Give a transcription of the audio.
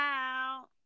out